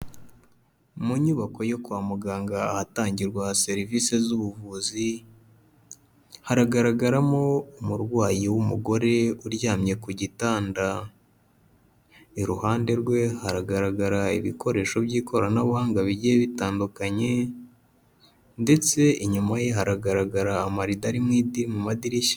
Mu nyubako yo kwa muganga ahatangirwa serivisi z'ubuvuzi, haragaragaramo umurwayi w'umugore uryamye ku gitanda, iruhande rwe haragaragara ibikoresho by'ikoranabuhanga bigiye bitandukanye, ndetse inyuma ye haragaragara amarido ari mu madirishya.